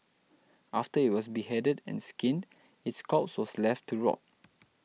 after it was beheaded and skinned its corpse was left to rot